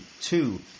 two